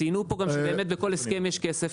ציינו פה גם שבאמת בכל הסכם יש כסף.